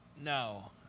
No